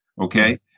Okay